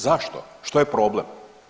Zašto, što je problem?